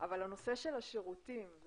אבל הנושא של השירותים,